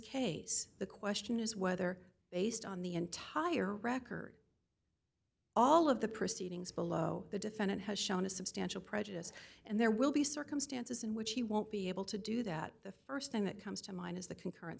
case the question is whether based on the entire record all of the proceedings below the defendant has shown a substantial prejudice and there will be circumstances in which he won't be able to do that the st thing that comes to mind is the concurren